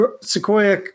Sequoia